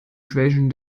schwächen